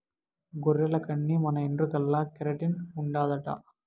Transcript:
గొర్రెల కన్ని మన ఎంట్రుకల్ల కెరటిన్ ఉండాదట